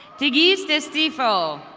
digis destifo.